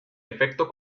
efecto